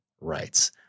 rights